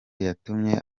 yatumye